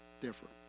different